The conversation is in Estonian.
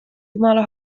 jumala